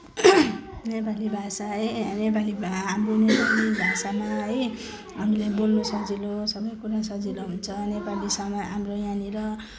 नेपाली भाषा है नेपाली हाम्रो नेपाली भाषामा है हामीले बोल्न सजिलो सबै कुरा सजिलो हुन्छ नेपालीसँग हाम्रो यहाँनिर